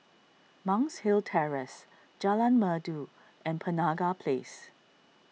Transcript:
Monk's Hill Terrace Jalan Merdu and Penaga Place